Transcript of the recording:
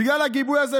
בגלל הגיבוי הזה,